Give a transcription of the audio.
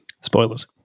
Spoilers